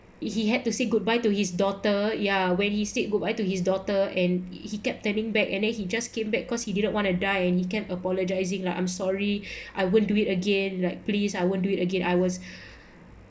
he had to say goodbye to his daughter ya when he said goodbye to his daughter and he kept standing back and then he just came back cause he didn't want to die and he kept apologising lah I'm sorry I wouldn't do it again right please I won't do it again I was